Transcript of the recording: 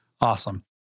Awesome